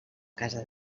casa